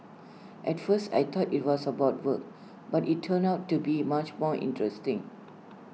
at first I thought IT was about work but IT turned out to be much more interesting